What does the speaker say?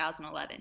2011